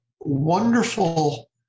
wonderful